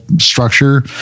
structure